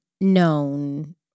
known